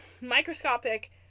microscopic